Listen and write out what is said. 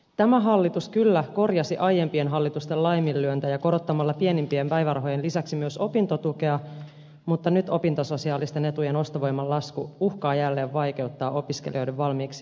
tämä hallitus kyllä korjasi aiempien hallitusten laiminlyöntejä korottamalla pienimpien päivärahojen lisäksi myös opintotukea mutta nyt opintososiaalisten etujen ostovoiman lasku uhkaa jälleen vaikeuttaa opiskelijoiden valmiiksi hankalaa asemaa